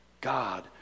God